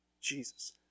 Jesus